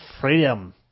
Freedom